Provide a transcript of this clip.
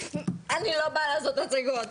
אני לא באה לעשות הצגות.